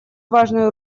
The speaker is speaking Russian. важную